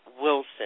Wilson